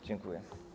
Dziękuję.